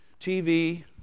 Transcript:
TV